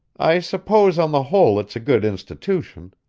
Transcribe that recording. i suppose on the whole it's a good institution.